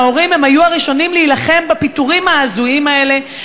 ההורים היו הראשונים להילחם בפיטורים ההזויים האלה.